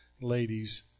ladies